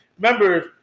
remember